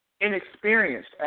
inexperienced